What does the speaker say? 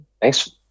Thanks